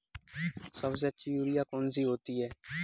सबसे अच्छी यूरिया कौन सी होती है?